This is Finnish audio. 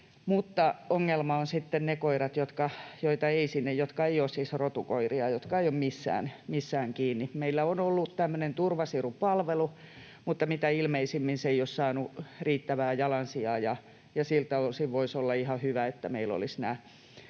joita ei sinne laiteta, jotka eivät ole siis rotukoiria, jotka eivät ole missään kiinni. Meillä on ollut tämmöinen turvasirupalvelu, mutta mitä ilmeisimmin se ei ole saanut riittävää jalansijaa, ja siltä osin voisi olla ihan hyvä, että meillä olisi nämä